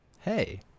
Hey